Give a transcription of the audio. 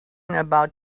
about